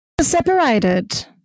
separated